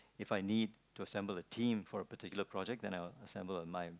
If I need to assemble the theme for a particular project then I will assemble a night